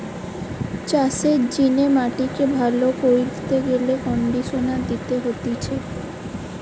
চাষের জিনে মাটিকে ভালো কইরতে গেলে কন্ডিশনার দিতে হতিছে